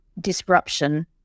disruption